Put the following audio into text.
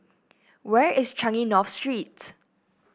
where is Changi North Street